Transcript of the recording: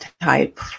type